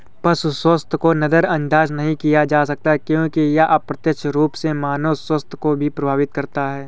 पशु स्वास्थ्य को नजरअंदाज नहीं किया जा सकता क्योंकि यह अप्रत्यक्ष रूप से मानव स्वास्थ्य को भी प्रभावित करता है